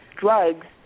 drugs